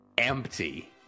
Empty